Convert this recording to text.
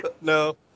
No